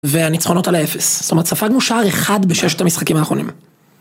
והניצחונות על האפס, זאת אומרת ספגנו שער אחד בששת המשחקים האחרונים.